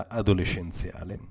adolescenziale